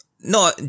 No